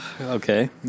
Okay